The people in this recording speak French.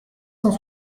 cent